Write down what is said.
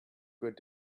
good